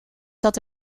dat